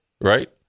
right